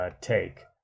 take